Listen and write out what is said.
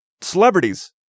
celebrities